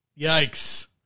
Yikes